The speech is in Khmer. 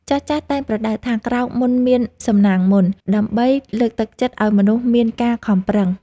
ចាស់ៗតែងប្រដៅថា "ក្រោកមុនមានសំណាងមុន" ដើម្បីលើកទឹកចិត្តឱ្យមនុស្សមានការខំប្រឹង។